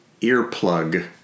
earplug